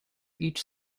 each